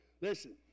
Listen